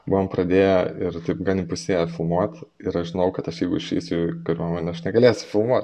buvom pradėję ir taip gan įpusėję filmuot ir aš žinojau kad aš jeigu išeisiu į kariuomenę aš negalėsiu filmuot